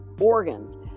organs